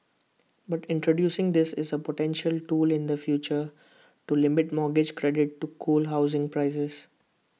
but introducing this is A potential tool in the future to limit mortgage credit to cool housing prices